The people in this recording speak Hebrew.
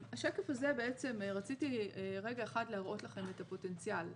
בשקף הזה רציתי להראות לכם את הפוטנציאל.